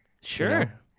Sure